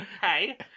hey